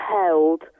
held